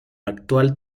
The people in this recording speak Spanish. actual